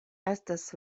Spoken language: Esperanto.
estas